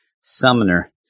Summoner